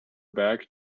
back